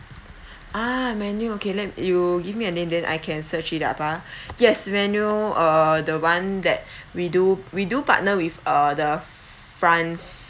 ah manual okay let you give me a name then I can search it up ah yes manuel uh the one that we do we do partner with uh the france